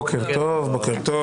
בוקר טוב.